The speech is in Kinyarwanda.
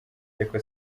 ariko